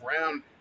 round